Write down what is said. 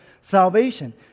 salvation